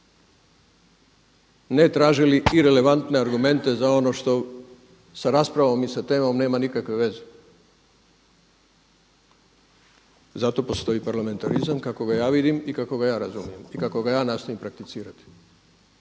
ne tražili irelevantne argumente za ono što sa raspravom i sa temom nema nikakve veze. Zato postoj parlamentarizam kako ga ja vidim i kako ga ja razumijem i kako ga ja nastojim prakticirati,